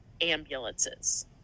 ambulances